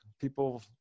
people